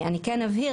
אני כן אבהיר,